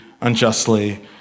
unjustly